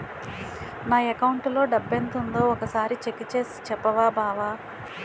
నా అకౌంటులో డబ్బెంతుందో ఒక సారి చెక్ చేసి చెప్పవా బావా